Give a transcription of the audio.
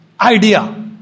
idea